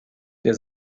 der